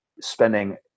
spending